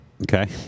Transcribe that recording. Okay